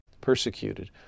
persecuted